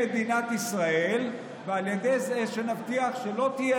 במדינת ישראל ועל ידי זה שנבטיח שלא תהיה